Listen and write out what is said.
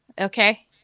okay